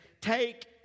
take